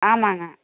ஆமாங்க